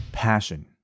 passion